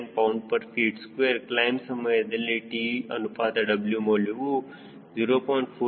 9 lbft2 climb ಸಮಯದಲ್ಲಿ T ಅನುಪಾತ W ಮೌಲ್ಯವು 0